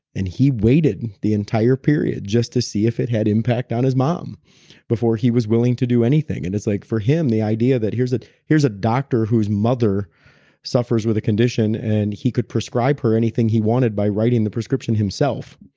and he waited the entire period just to see if it had impact on his mom before he was willing to do anything. and it's like for him the idea that here's that here's a doctor whose mother suffers with a condition and he could prescribe her anything he wanted by writing the prescription himself.